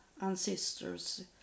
ancestors